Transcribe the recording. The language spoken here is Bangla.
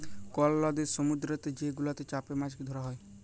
কল লদি সমুদ্দুরেতে যে গুলাতে চ্যাপে মাছ ধ্যরা হ্যয়